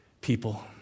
people